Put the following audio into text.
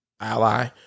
ally